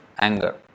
anger